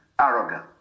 arrogant